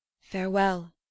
Farewell